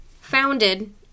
founded